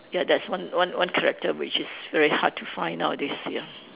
ya that's one one one character which is very hard to find nowadays ya